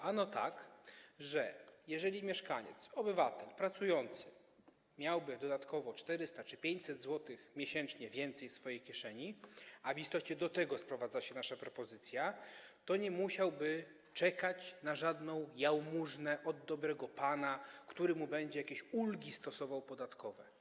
Ano tak, że jeżeli mieszkaniec, obywatel, pracujący miałby dodatkowo 400 czy 500 zł miesięcznie więcej w swojej kieszeni - a w istocie do tego sprowadza się nasza propozycja - to nie musiałby czekać na żadną jałmużnę od dobrego pana, który wobec niego będzie stosował jakieś ulgi podatkowe.